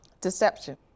Deception